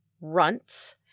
runts